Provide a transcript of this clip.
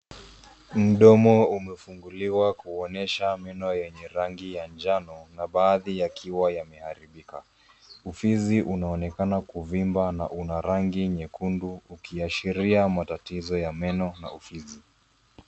Mdomo umefunguliwa kuonyesha meno yenye rangi ya njano na baadhi yakiwa yameharibika. Ufizi unaonekana kuvimba na una rangi nyekundu ukiashiria matatizo ya meno na ufizi.